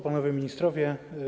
Panowie Ministrowie!